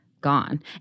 gone